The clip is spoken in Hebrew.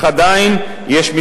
אתה מדבר על מה שכולם